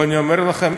ואני אומר לכם,